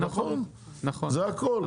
זה הכל,